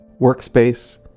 workspace